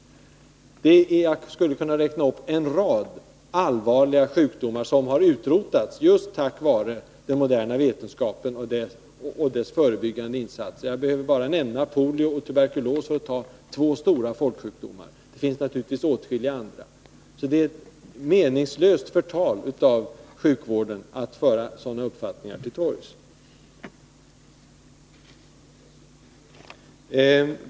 Jag skulle kunna räkna upp en rad allvarliga sjukdomar som har utrotats just tack vare den moderna vetenskapen och dess förebyggande insatser. Jag behöver bara nämna polio och tuberkulos, två stora folksjukdomar. Det finns naturligtvis åtskilliga andra. Det är meningslöst förtal av sjukvården att föra sådana uppfattningar till torgs.